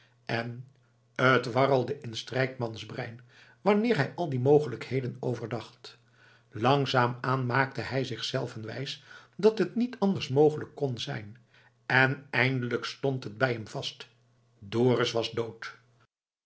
en t warrelde in strijkmans brein wanneer hij al die mogelijkheden overdacht langzaam aan maakte hij zichzelven wijs dat het niet anders mogelijk kon zijn en eindelijk stond het bij hem vast dorus was dood